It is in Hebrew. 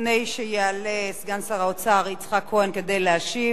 לפני שיעלה סגן שר האוצר יצחק כהן כדי להשיב,